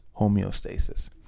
homeostasis